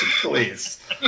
Please